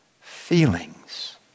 feelings